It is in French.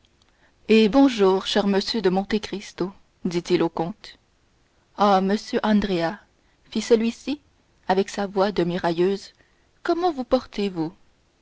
eh bonjour cher monsieur de monte cristo dit-il au comte ah monsieur andrea fit celui-ci avec sa voix demi railleuse comment vous portez-vous